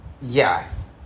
Yes